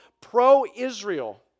pro-Israel